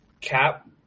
cap